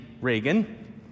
Reagan